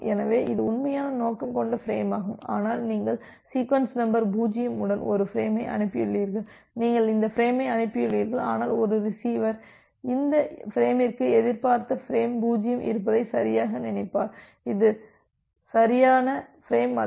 எனவே இது உண்மையான நோக்கம் கொண்ட பிரேமாகும் ஆனால் நீங்கள் சீக்வென்ஸ் நம்பர் 0 உடன் ஒரு ஃபிரேமை அனுப்பியுள்ளீர்கள் நீங்கள் இந்த ஃபிரேமை அனுப்பியுள்ளீர்கள் ஆனால் ஒரு ரிசீவர் இந்த ஃபிரேமிற்கு எதிர்பார்த்த ஃபிரேம் 0 இருப்பதை சரியாக நினைப்பார் இது சரியான ஃபிரேம் அல்ல